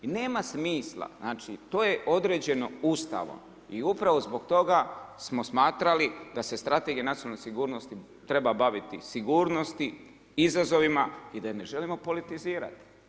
I nema smisla, znači to je određeno Ustavom i upravo zbog toga smo smatrali da Strategija nacionalne sigurnosti treba viti sigurnosti, izazovima i da je ne želimo politizirati.